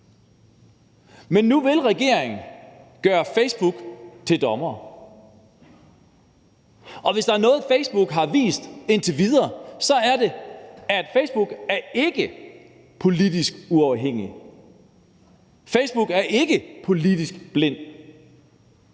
men nu vil regeringen gøre Facebook til dommer. Hvis der er noget, Facebook har vist indtil videre, så er det, at Facebook ikke er politisk uafhængig, at Facebook ikke er politisk blind.